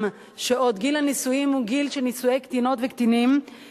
שבהן גיל הנישואים הוא עוד גיל של נישואי קטינות וקטינים,